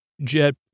jet